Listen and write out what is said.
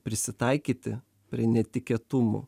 prisitaikyti prie netikėtumų